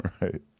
Right